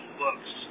books